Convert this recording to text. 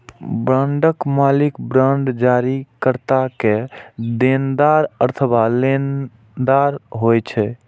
बांडक मालिक बांड जारीकर्ता के देनदार अथवा लेनदार होइ छै